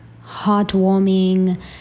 heartwarming